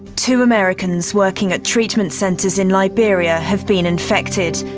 two americans working at treatment centres in liberia has been infected.